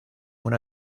una